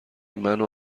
منو